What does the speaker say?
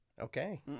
Okay